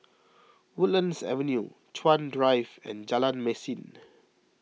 Woodlands Avenue Chuan Drive and Jalan Mesin